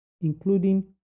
including